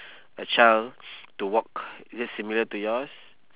a child to walk is it similar to yours